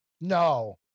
No